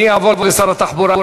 אני אעבור לשר התחבורה.